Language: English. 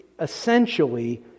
essentially